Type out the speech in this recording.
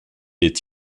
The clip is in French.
est